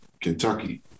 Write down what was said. kentucky